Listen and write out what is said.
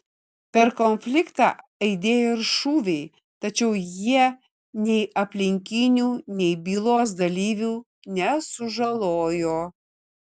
per konfliktą aidėjo ir šūviai tačiau jie nei aplinkinių nei bylos dalyvių nesužalojo